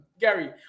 Gary